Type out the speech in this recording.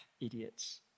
Idiots